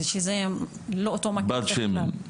שזה לא אותו מקום בכלל.